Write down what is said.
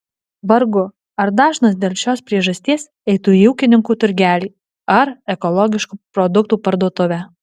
vargu ar dažnas dėl šios priežasties eitų į ūkininkų turgelį ar ekologiškų produktų parduotuvę